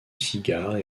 cigare